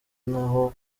n’aho